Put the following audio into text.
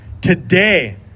today